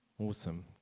Awesome